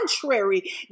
contrary